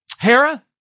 Hera